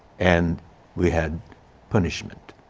and we had punishment.